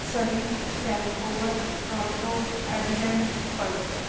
Surrey Vancouver Toronto Adelaide Perth